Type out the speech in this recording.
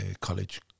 college